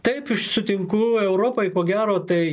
taip sutinku europai ko gero tai